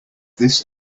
this